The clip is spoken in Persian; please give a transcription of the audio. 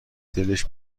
دلش